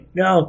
no